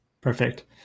Perfect